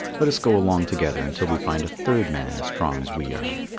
let us go along together until we find a third man as strong as we are.